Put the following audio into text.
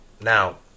Now